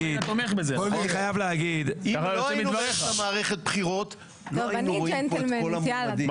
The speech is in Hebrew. אם לא היינו באמצע מערכת בחירות לא היינו רואים פה את כל המועמדים.